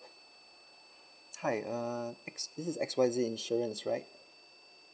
hi uh X this is X Y Z insurance right